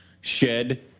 shed